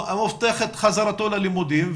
מבטיח את חזרתו ללימודים,